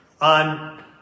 on